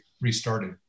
restarted